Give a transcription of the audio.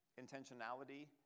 intentionality